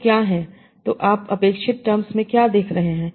तो क्या हैं तो आप अपेक्षित टर्म्स में क्या देख रहे हैं